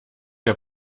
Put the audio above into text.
der